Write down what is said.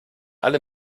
alle